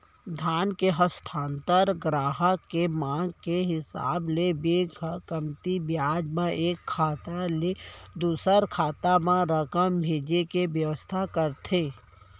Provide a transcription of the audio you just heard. धन के हस्तांतरन गराहक के मांग के हिसाब ले बेंक ह कमती बियाज म एक खाता ले दूसर खाता म रकम भेजे के बेवस्था करथे